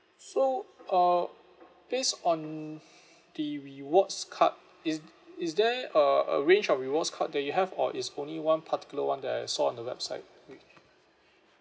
so uh based on the rewards card is~ is there a a range of rewards card that you have or is only one particular one that I saw on the website which